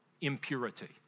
impurity